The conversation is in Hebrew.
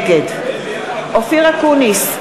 נגד אופיר אקוניס,